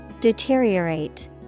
Deteriorate